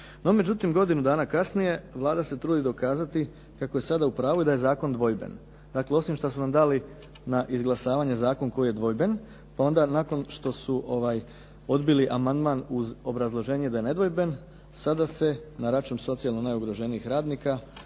međutim, godinu dana kasnije Vlada se trudi dokazati kako je sada u pravu i da je sada zakon dvojben. Dakle, osim što su nam dali na izglasavanje zakon koji je dvojben, pa onda nakon što su odbili amandman uz obrazloženje da je nedvojben, sada se na račun socijalno najugroženijih radnika,